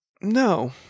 No